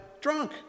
drunk